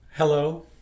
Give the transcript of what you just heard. Hello